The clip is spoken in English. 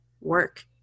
work